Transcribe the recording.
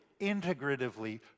integratively